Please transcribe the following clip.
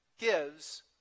gives